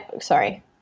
Sorry